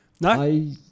No